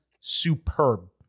superb